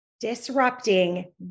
disrupting